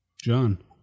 John